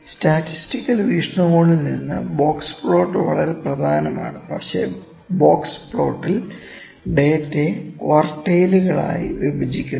statistical വീക്ഷണകോണിൽ നിന്ന് box plot വളരെ പ്രധാനമാണ് പക്ഷേ ബോക്സ് പ്ലോട്ടിൽ ഡാറ്റയെ ക്വാർട്ടൈലുകളായി വിഭജിക്കുന്നു